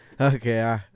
Okay